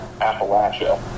Appalachia